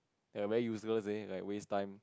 ya very useless then is like waste time